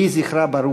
יהי זכרה ברוך.